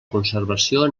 conservació